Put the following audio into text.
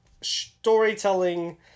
storytelling